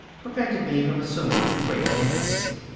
prevented me from assuming too great an intimacy.